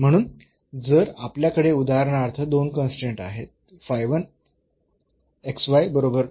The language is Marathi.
म्हणून जर आपल्याकडे उदाहरणार्थ दोन कन्स्ट्रेन्ट आहेत बरोबर